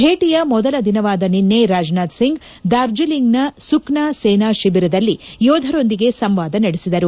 ಭೇಟಿಯ ಮೊದಲ ದಿನವಾದ ನಿನ್ನೆ ರಾಜನಾಥ್ ಸಿಂಗ್ ಅವರು ಡಾರ್ಜಲಿಂಗ್ನ ಸುಕ್ನಾ ಸೇನಾ ಶಿಬಿರದಲ್ಲಿ ಯೋಧರೊಂದಿಗೆ ಸಂವಾದ ನಡೆಸಿದರು